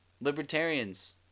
libertarians